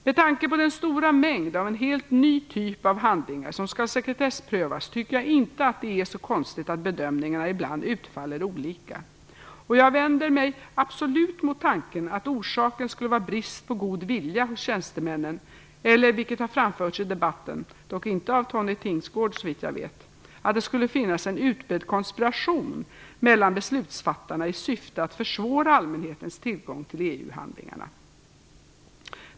Med tanke på den stora mängd av en helt ny typ av handlingar som skall sekretessprövas tycker jag inte att det är så konstigt att bedömningarna ibland utfaller olika. Och jag vänder mig absolut mot tanken att orsaken skulle vara brist på god vilja hos tjänstemännen eller - vilket har framförts i debatten, dock inte av Tone Tingsgård såvitt jag vet - att det skulle finnas en utbredd konspiration mellan beslutsfattarna i syfte att försvåra allmänhetens tillgång till EU-handlingarna.